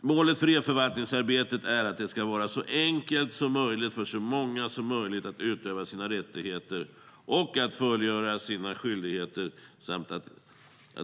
Målet för e-förvaltningsarbetet är att det ska vara så enkelt som möjligt för så många som möjligt att utöva sina rättigheter och att fullgöra sina skyldigheter, samt att